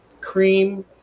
cream